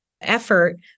effort